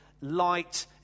light